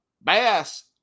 Bass